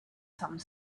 some